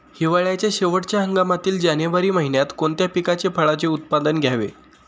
हिवाळ्याच्या शेवटच्या हंगामातील जानेवारी महिन्यात कोणत्या पिकाचे, फळांचे उत्पादन घ्यावे?